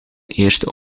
eerste